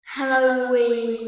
Halloween